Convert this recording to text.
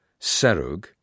Serug